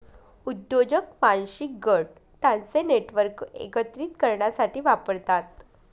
उद्योजक वांशिक गट त्यांचे नेटवर्क एकत्रित करण्यासाठी वापरतात